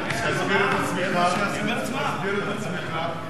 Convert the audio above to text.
הצבעה, היושב-ראש.